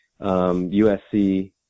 USC